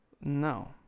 No